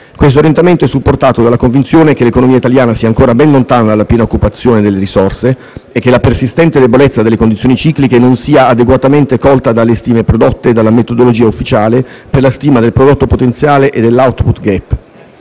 Quest'orientamento è supportato dalla convinzione che l'economia italiana sia ancora ben lontana dalla piena occupazione delle risorse e che la persistente debolezza delle condizioni cicliche non sia adeguatamente colta dalle stime prodotte dalla metodologia ufficiale per la stima del prodotto potenziale e dell'*output gap*.